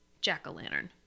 Jack-o'-lantern